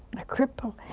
a cripple.